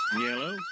Yellow